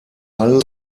hull